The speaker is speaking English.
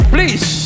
Please